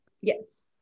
yes